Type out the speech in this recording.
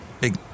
Big